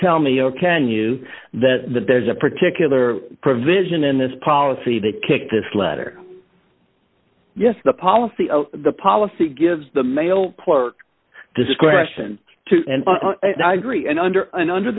tell me oh can you that there's a particular provision in this policy that kicked this letter yes the policy the policy gives the mail clerk discretion and i agree and under and